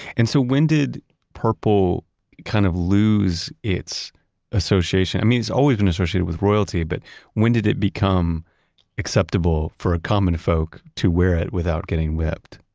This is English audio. and so when did purple kind of lose its association? i mean, it's always been associated with royalty, but when did it become acceptable for a common folk to wear it without getting whipped?